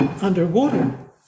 Underwater